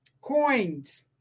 coins